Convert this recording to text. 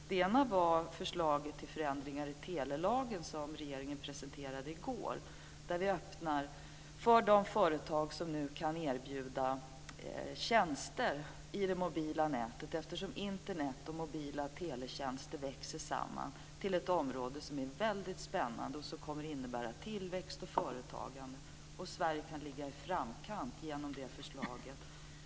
Det ena är det förslag till förändringar i telelagen som regeringen presenterade i går, där vi öppnar för de företag som nu kan erbjuda tjänster i det mobila nätet. Internet och mobila teletjänster växer nu samman till ett område som är väldigt spännande och som kommer att innebära tillväxt och företagande, och Sverige kan ligga i framkanten genom detta förslag.